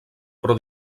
però